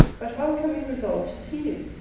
but how can we resolve to see you?